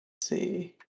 see